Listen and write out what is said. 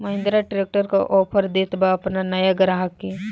Mahindra tractor का offer देत बा अपना नया ग्राहक के?